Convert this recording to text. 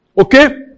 Okay